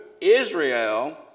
Israel